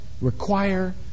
require